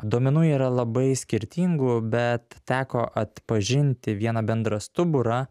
duomenų yra labai skirtingų bet teko atpažinti vieną bendrą stuburą